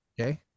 Okay